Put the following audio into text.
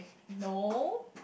no